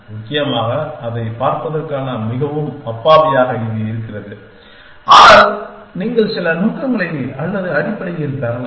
முக்கியமாக அதைப் பார்ப்பதற்கான மிகவும் அப்பாவியாக இது இருக்கிறது ஆனால் நீங்கள் சில நோக்கங்களை அல்லது அடிப்படையில் பெறலாம்